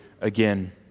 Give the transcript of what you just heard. again